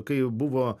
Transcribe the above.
kai buvo